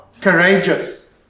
courageous